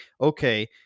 okay